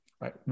right